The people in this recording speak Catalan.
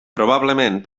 probablement